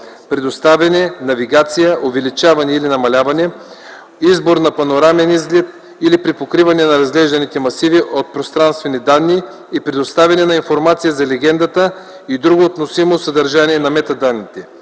представяне, навигация, увеличаване/намаляване, избор на панорамен изглед или припокриване на разглежданите масиви от пространствени данни и представяне на информация за легендата и друго относимо съдържание на метаданните;